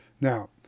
Now